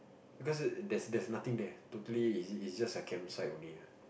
because there's there's nothing there totally is is just a camp site only ah